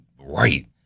right